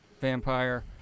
vampire